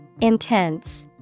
Intense